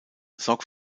sorgt